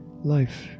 Life